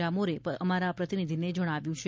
ડામોરે અમારા પ્રતિનિધિને જણાવ્યું છે